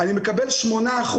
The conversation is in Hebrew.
אבל זה בדיוק העיוות.